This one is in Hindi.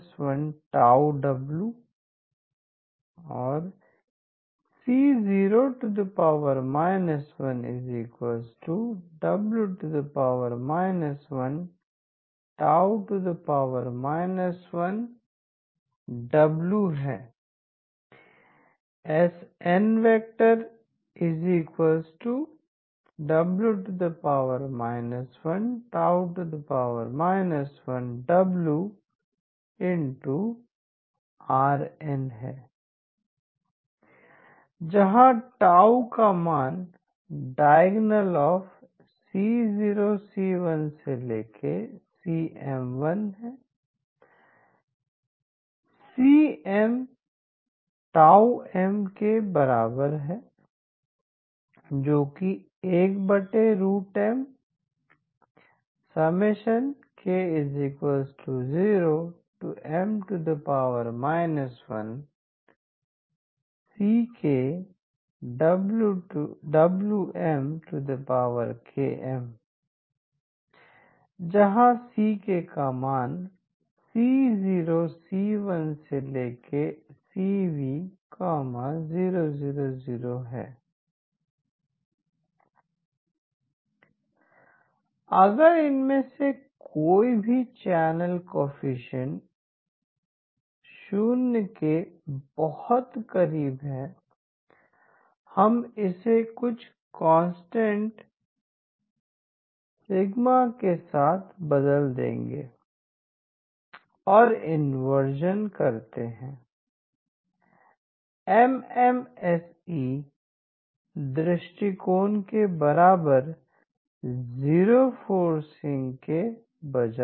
CoW 1W Co 1W 1 1W snW 1 1Wrn जहा diagCoC1 CM 1CMM1Mk0M 1ckWMkm ckc0c1 cv000 अगर इनमें से कोई भी चैनल कोईफिशएनट्स 0 के बहुत करीब है हम इसे कुछ कांस्टेंट ϵ के साथ बदल देंगे और इंवर्जन करते हैं एम एम एस ई दृष्टिकोण के बराबर जीरो फोरसिंह के बजाय